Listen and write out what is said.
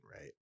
right